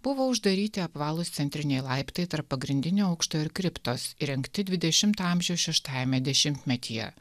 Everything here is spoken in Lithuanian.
buvo uždaryti apvalūs centriniai laiptai tarp pagrindinio aukštojo ir kriptos įrengti dvidešimto amžiaus šeštajame dešimtmetyje